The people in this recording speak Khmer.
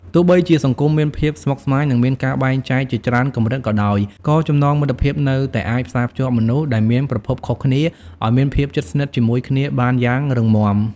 ទោះបីជាសង្គមមានភាពស្មុគស្មាញ និងមានការបែងចែកជាច្រើនកម្រិតក៏ដោយ ក៏ចំណងមិត្តភាពនៅតែអាចផ្សារភ្ជាប់មនុស្សដែលមានប្រភពខុសគ្នាឲ្យមានភាពជិតស្និទ្ធជាមួយគ្នាបានយ៉ាងរឹងមាំ។